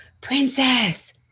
princess